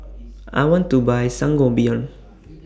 I want to Buy Sangobion